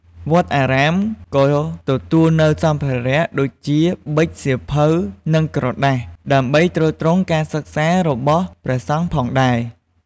វត្តអារាមក៏ទទួលនូវសម្ភារៈដូចជាប៊ិច សៀវភៅ និងក្រដាស ដើម្បីទ្រទ្រង់ការសិក្សារបស់ព្រះសង្ឃផងដែរ។